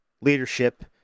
leadership